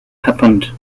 happened